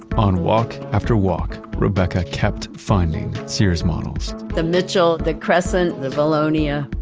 on walk after walk, rebecca kept finding sears models. the mitchell, the crescent, the vilonia.